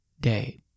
day